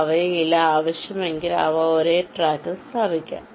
കവലയില്ല ആവശ്യമെങ്കിൽ അവ ഒരേ ട്രാക്കിൽ സ്ഥാപിക്കാം